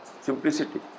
simplicity